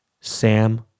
Sam